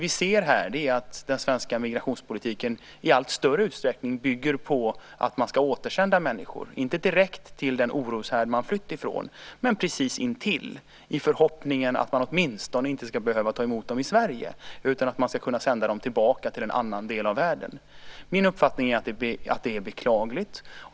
Vi ser att den svenska migrationspolitiken i allt större utsträckning bygger på att man ska återsända människor, inte direkt till den oroshärd de flytt ifrån men precis intill i förhoppningen att man åtminstone inte ska behöva ta emot dem i Sverige utan att man ska kunna sända dem tillbaka till en annan del av världen. Min uppfattning är att det är beklagligt.